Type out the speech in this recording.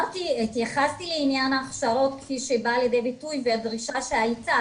התייחסתי לעניין ההכשרות כפי שבא לידי ביטוי והדרישה שהייתה,